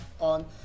on